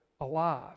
alive